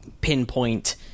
pinpoint